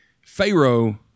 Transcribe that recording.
Pharaoh